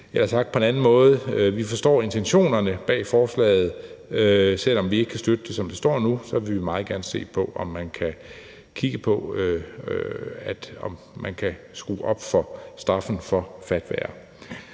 eller sagt på en anden måde: Vi forstår intentionerne bag forslaget, og selv om vi ikke kan støtte det, som det står nu, så vil vi meget gerne se på, om man kan kigge på, om man kan skrue op for straffene for fatwaer.